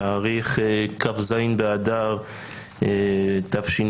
התאריך הוא כ"ז באדר תשפ"ב.